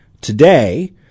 today